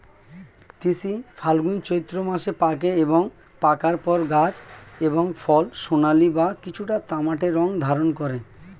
তিসি ফাল্গুন চৈত্র মাসে পাকে এবং পাকার পর গাছ এবং ফল সোনালী বা কিছুটা তামাটে রং ধারণ করে